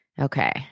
Okay